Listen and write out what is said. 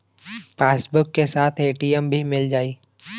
Passbook के साथ ATM भी मील जाई?